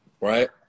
right